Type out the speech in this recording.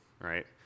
right